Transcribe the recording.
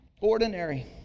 Ordinary